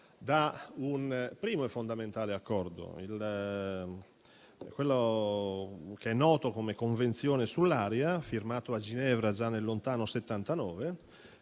da un primo e fondamentale Accordo noto come convenzione sull'aria, firmato a Ginevra già nel lontano 1979,